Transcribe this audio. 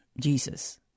Jesus